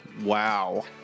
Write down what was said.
Wow